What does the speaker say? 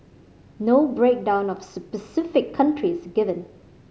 no breakdown of specific countries given